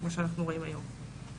כמו שאנחנו רואים היום.